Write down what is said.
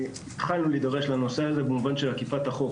התחלנו להידרש לנושא הזה במובן של אכיפת החוק.